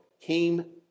came